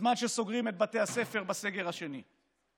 בזמן שסוגרים את בתי הספר בסגר השני,